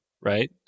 right